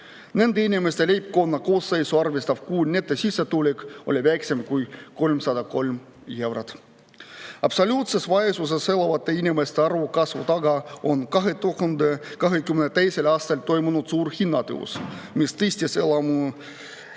Nende inimeste leibkonna koosseisu arvestav kuu netosissetulek oli väiksem kui 303 eurot. Absoluutses vaesuses elavate inimeste arvu kasvu taga on 2022. aastal toimunud suur hinnatõus, mis tõstis